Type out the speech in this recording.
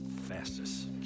fastest